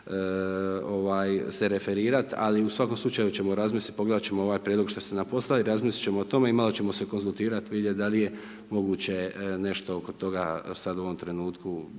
se referirat, ali u svakom slučaju ćemo razmisliti, pogledat ćemo ovaj prijedlog što ste nam poslali, razmislit ćemo o tome i malo ćemo se konzultirati i vidjeti da li je moguće nešto oko toga sada u ovom trenutku, da